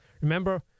Remember